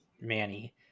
Manny